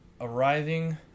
arriving